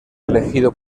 elegido